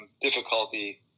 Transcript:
difficulty